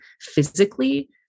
physically